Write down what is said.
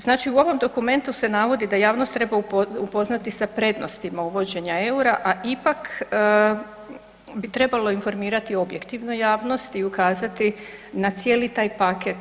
Znači u ovom dokumentu se navodi da javnost treba upoznati sa prednostima uvođenja EUR-a, a ipak bi trebalo informirati objektivno javnost i ukazati na cijeli taj paket.